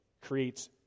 creates